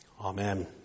Amen